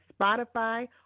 Spotify